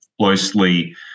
closely